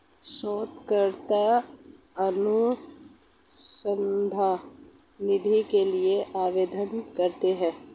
शोधकर्ता अनुसंधान निधि के लिए आवेदन करते हैं